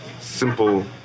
simple